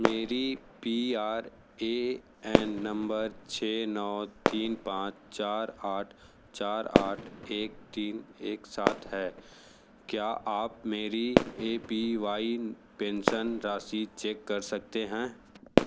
मेरी P R A N number छः नौ तीन पाँच चार आठ चार आठ एक तीन एक सात है क्या आप मेरी ए पी वाई पेंशन राशि चेक कर सकते है